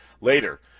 later